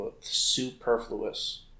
superfluous